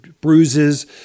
bruises